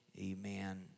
Amen